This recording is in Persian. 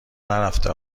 نرفته